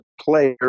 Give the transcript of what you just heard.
player